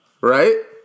right